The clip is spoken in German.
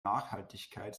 nachhaltigkeit